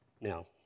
Now